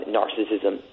narcissism